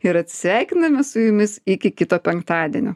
ir atsisveikiname su jumis iki kito penktadienio